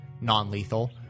non-lethal